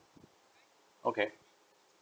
okay